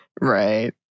right